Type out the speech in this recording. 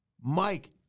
Mike